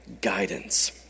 guidance